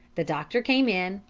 the doctor came in,